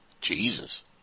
Jesus